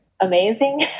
amazing